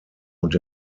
und